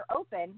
open